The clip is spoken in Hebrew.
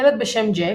ילד בשם ג'ק,